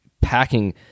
packing